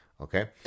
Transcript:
Okay